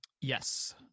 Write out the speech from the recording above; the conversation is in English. Yes